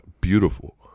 beautiful